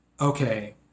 okay